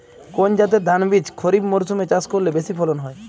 কোন জাতের ধানবীজ খরিপ মরসুম এ চাষ করলে বেশি ফলন হয়?